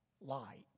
light